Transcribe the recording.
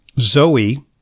Zoe